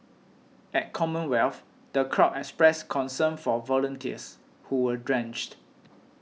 at Commonwealth the crowd expressed concern for volunteers who were drenched